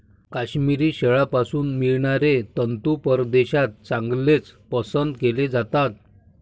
काश्मिरी शेळ्यांपासून मिळणारे तंतू परदेशात चांगलेच पसंत केले जातात